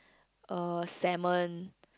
uh salmon